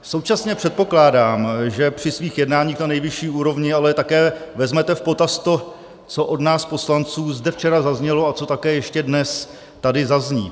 Současně předpokládám, že při svých jednáních na nejvyšší úrovni ale také vezmete v potaz to, co od nás poslanců včera zde zaznělo a co také ještě dnes tady zazní.